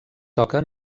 toca